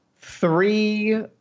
three